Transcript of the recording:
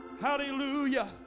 Hallelujah